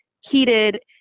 heated